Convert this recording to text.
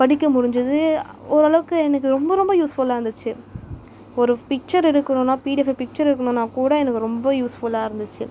படிக்க முடிஞ்சுது ஓரளவுக்கு எனக்கு ரொம்ப ரொம்ப யூஸ்ஃபுல்லாக இருந்துச்சு ஒரு பிக்ச்சர் எடுக்கணுன்னால் பிடிஎஃப்யில் பிக்சர் எடுக்கணுன்னால் கூட எனக்கு ரொம்ப யூஸ்ஃபுல்லாக இருந்துச்சு